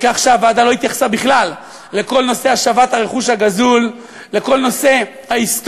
בכך שהוועדה לא התייחסה בכלל לכל נושא השבת הרכוש הגזול,